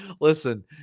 Listen